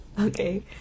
okay